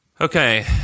Okay